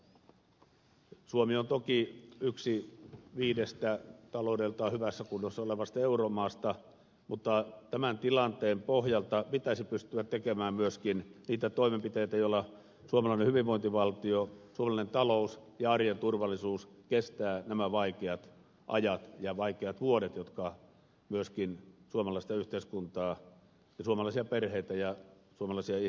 suomi on toki yksi viidestä taloudeltaan hyvässä kunnossa olevasta euromaasta mutta tämän tilanteen pohjalta pitäisi pystyä tekemään myöskin niitä toimenpiteitä joilla suomalainen hyvinvointivaltio suomalainen talous ja arjen turvallisuus kestävät nämä vaikeat ajat ja vaikeat vuodet jotka myöskin suomalaista yhteiskuntaa ja suomalaisia perheitä ja suomalaisia ihmisiä uhkaavat